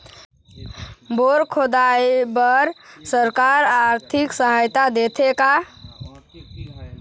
Bore खोदाई बर सरकार आरथिक सहायता देथे का?